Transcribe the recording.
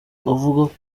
umunsi